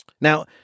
Now